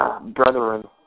brethren